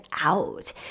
out